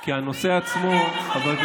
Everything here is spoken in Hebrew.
כי הנושא עצמו, יואב,